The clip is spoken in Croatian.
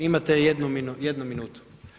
Imate jednu minutu.